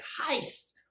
heist